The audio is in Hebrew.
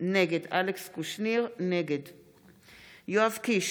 נגד יואב קיש,